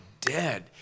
dead